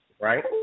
right